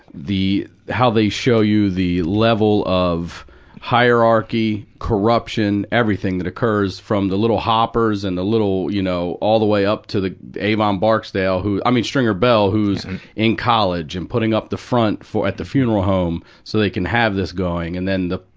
the how they show you the level of hierarchy, corruption, everything that occurs. from the little hoppers and the little, you know, all the way up to the avon barksdale who i mean stringer bell who's in college and putting up the front at the funeral home so they can have this going. and then the,